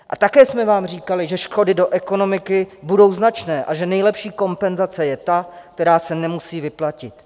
A také jsme vám říkali, že škody do ekonomiky budou značné a že nejlepší kompenzace je ta, která se nemusí vyplatit.